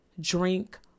Drink